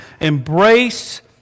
Embrace